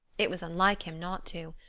it was unlike him not to.